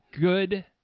good